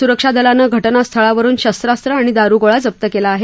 सुरक्षा दलानं घटनास्थळावरुन शस्त्रास्व आणि दारुगोळा जप्त केला आहे